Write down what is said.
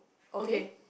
okay